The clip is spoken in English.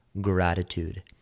gratitude